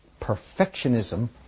perfectionism